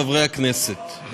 חברי הכנסת,